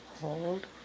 hold